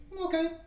okay